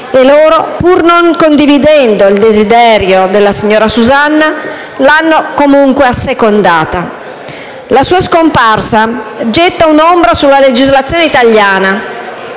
Loro, pur non condividendo il desiderio della signora Susanna, l'hanno comunque assecondata. La sua scomparsa getta un'ombra sulla legislazione italiana,